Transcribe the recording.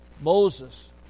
Moses